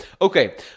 Okay